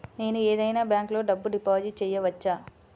నేను ఏదైనా బ్యాంక్లో డబ్బు డిపాజిట్ చేయవచ్చా?